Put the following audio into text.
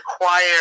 require